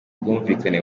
bwumvikane